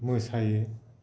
मोसायो